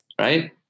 right